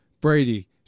Brady